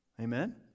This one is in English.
Amen